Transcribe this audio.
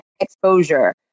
exposure